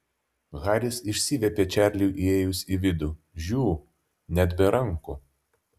haris išsiviepė čarliui įėjus į vidų žiū net be rankų